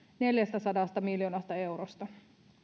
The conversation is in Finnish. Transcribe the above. neljästäsadasta miljoonasta eurosta